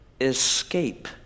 escape